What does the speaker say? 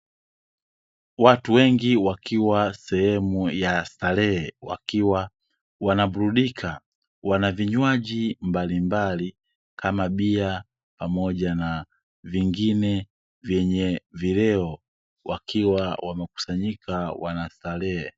Watu wengi wakiwa sehemu ya starehe wakiwa wanaburudika wana vinywaji mbalimbali kama bia pamoja na vingine vyenye vileo, wakiwa wamekusanyika wanastarehe.